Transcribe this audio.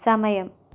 സമയം